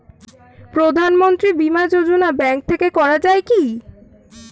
প্রধানমন্ত্রী বিমা যোজনা ব্যাংক থেকে করা যায় কি?